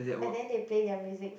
and then they play their music